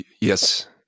Yes